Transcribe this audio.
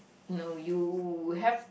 no you have